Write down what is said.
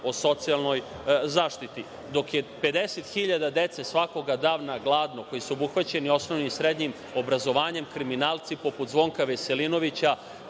o socijalnoj zaštiti, dok je 50.000 dece svakoga dana gladno, koji su obuhvaćeni osnovnim i srednjim obrazovanjem? Kriminalci poput Zvonka Veselinovića